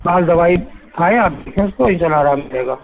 بہر حال دوائی کھائیں آپ دیکھیں انشا اللہ آرام ملے گا